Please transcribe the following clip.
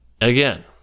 Again